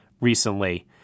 recently